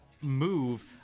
move